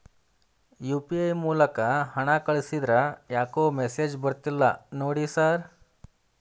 UPI ಮೂಲಕ ಹಣ ಕಳಿಸಿದ್ರ ಯಾಕೋ ಮೆಸೇಜ್ ಬರ್ತಿಲ್ಲ ನೋಡಿ ಸರ್?